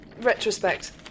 retrospect